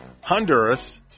Honduras